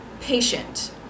patient